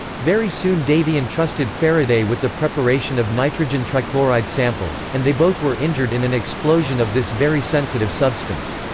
very soon davy entrusted faraday with the preparation of nitrogen trichloride samples, and they both were injured in an explosion of this very sensitive substance.